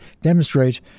demonstrate